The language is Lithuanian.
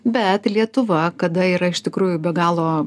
bet lietuva kada yra iš tikrųjų be galo